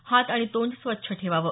हात आणि तोंड स्वच्छ ठेवावं